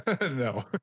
No